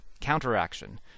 counteraction